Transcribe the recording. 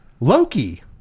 Loki